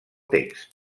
text